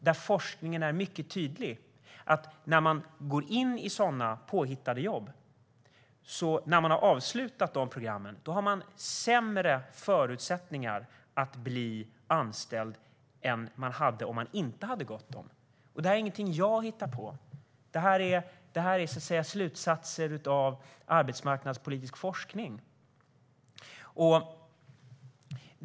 Där är forskningen mycket tydlig med att när man har gått in i sådana påhittade jobb och har avslutat dessa program har man sämre förutsättningar att bli anställd än man hade haft om man inte hade gått dessa program. Detta är ingenting som jag hittar på. Det är slutsatser av arbetsmarknadspolitisk forskning.